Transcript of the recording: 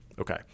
Okay